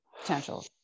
potential